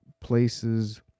places